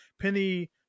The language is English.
Penny